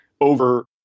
over